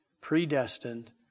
predestined